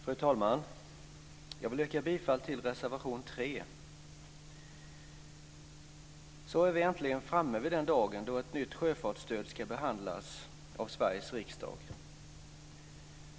Fru talman! Jag vill yrka bifall till reservation 3. Så är vi äntligen framme vid den dagen då ett nytt sjöfartsstöd ska behandlas av Sveriges riksdag.